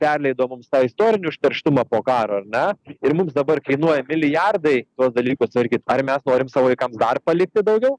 perleido mums tą istorinį užterštumą po karo ar ne ir mums dabar kainuoja milijardai tuos dalykus tvarkyt ar mes norim savo vaikams dar palikti daugiau